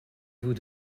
vous